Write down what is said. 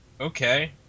okay